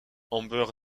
amber